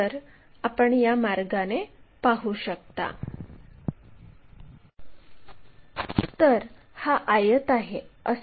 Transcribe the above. तर मग आपण या अक्षावर ही खरी लांबी काढू